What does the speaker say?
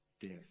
Death